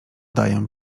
daję